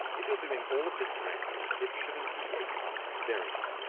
if you're doing all of this correctly, it shouldn't be a fun experience.